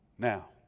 Now